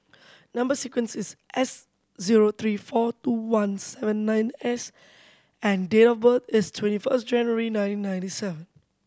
number sequence is S zero three four two one seven nine S and date of birth is twenty first January nineteen ninety seven